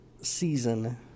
season